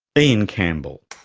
iain campbell.